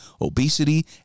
obesity